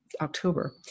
October